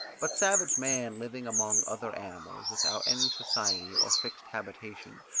but savage man living among other animals without any society or fixed habitation,